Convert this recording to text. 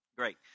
Great